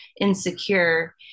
insecure